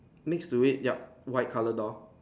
next to it yup white color door